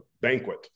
banquet